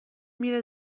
میره